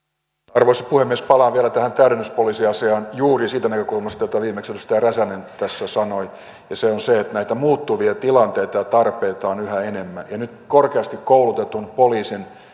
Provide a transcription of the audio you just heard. arvoisa puhemies palaan vielä tähän täydennyspoliisiasiaan juuri siitä näkökulmasta jonka viimeksi edustaja räsänen tässä sanoi ja se on se että näitä muuttuvia tilanteita ja tarpeita on yhä enemmän nyt korkeasti koulutetun poliisin